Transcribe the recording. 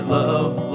love